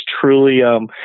truly